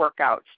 workouts